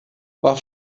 war